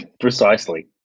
Precisely